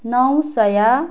नौ सय